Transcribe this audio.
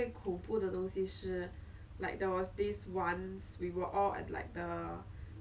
there are packaged food and then I faster went back luckily imagine if it was the start of camp I tell you ah